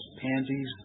panties